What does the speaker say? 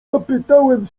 zapytałem